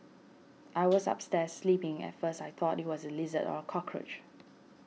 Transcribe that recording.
I was upstairs sleeping at first I thought it was a lizard or a cockroach